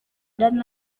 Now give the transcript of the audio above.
dan